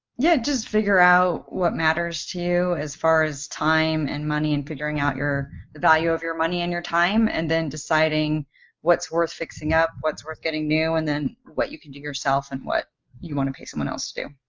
yeah, just figure out what matters to you as far as time and money and figuring out the value of your money and your time, then deciding what's worth fixing up, what's worth getting new and then what you can do yourself and what you want to pay someone else to do.